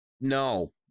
No